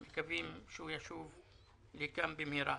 אנחנו מקווים שהוא ישוב לכאן במהירה.